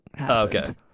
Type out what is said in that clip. Okay